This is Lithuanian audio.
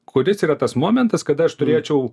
kuris yra tas momentas kada aš turėčiau